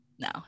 No